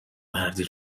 مردی